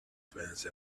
fence